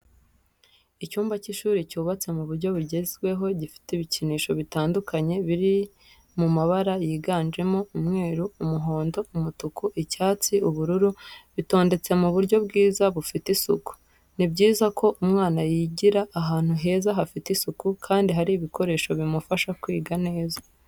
Icyumba cy'ishuri cyubatse mu buryo bugezweho gifite ibikinisho bitandukanye biri mu mabara yiganjemo umweru, umuhondo, umutuku, icyatsi, ubururu, bitondetse mu buryo bwiza bufite isuku. Ni byiza ko umwana yigira ahantu heza hafite isuku kandi hari ibikoresho bimufasha kwiga neza.